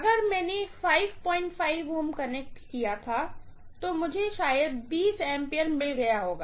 अगर मैंने 55 Ω कनेक्ट किया था तो मुझे शायद मिल गया होगा